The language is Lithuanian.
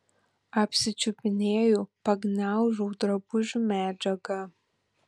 apsičiupinėju pagniaužau drabužių medžiagą